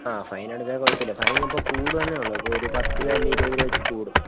ആ ഫൈനടച്ചാൽ കുഴപ്പം ഇല്ല ഫൈനിപ്പോൾ കൂടുമെന്നേ ഉള്ളൂ അതൊരു പത്ത് രൂപ അല്ലെങ്കിൽ ഇരുപത് രൂപ വെച്ച് കൂടും